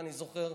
ואני זוכר.